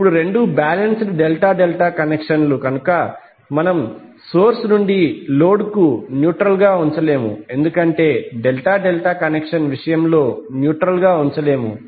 ఇప్పుడు రెండూ balanced delta delta connection లు కనుక మనం సోర్స్ నుండి లోడ్ కు న్యూట్రల్ గా ఉంచలేము ఎందుకంటే డెల్టా డెల్టా కనెక్షన్ విషయంలో న్యూట్రల్ గా గుర్తించలేము